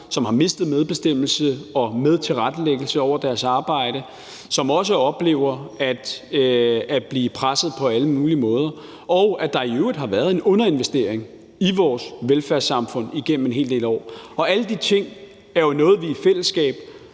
som har mistet medbestemmelse over og medtilrettelæggelse af deres arbejde, og som også oplever at blive presset på alle mulige måder, og at der i øvrigt har været en underinvestering i vores velfærdssamfund igennem en hel del år. Alle de ting er jo noget, vi i fællesskab